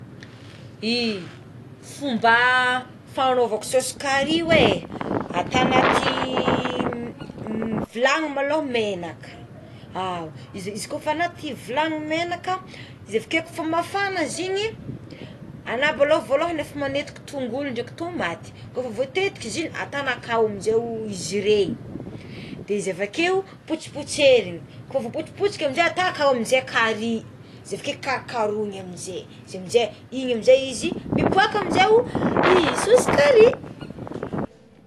I fomba fanaovako saosy kary oé ata anaty vilany maloha menaka ao izy kôfa anaty vilagny ny menaka izy avekeo kôfa mafana izy io igny ana balo- aloha voalohany efa manetika tongolo dreky tomaty kôfa voatetitaka izy igny atana aka amizay izy regny, de izy avakeo potsipotseriny kô voapotsipotsika amizay ata akao amizay carry izy avike karokaroina amizay igny amizay izy miboaka amizay i saosy carry.